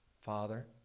Father